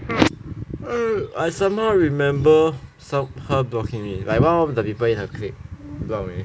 I somehow remember saw her blocking me like one of the people in her clique block me